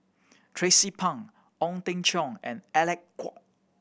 Tracie Pang Ong Teng Cheong and Alec Kuok